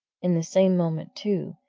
in the same moment, too,